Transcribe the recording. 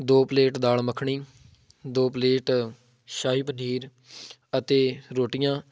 ਦੋ ਪਲੇਟ ਦਾਲ ਮੱਖਣੀ ਦੋ ਪਲੇਟ ਸ਼ਾਹੀ ਪਨੀਰ ਅਤੇ ਰੋਟੀਆਂ